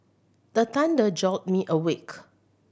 the thunder jolt me awake